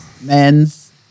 men's